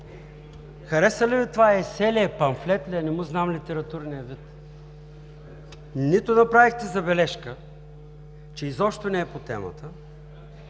Хареса ли Ви това есе ли е, памфлет ли е – не му знам литературния вид? Нито направихте забележка, че изобщо не е по темата,